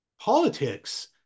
politics